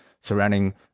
surrounding